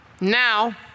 Now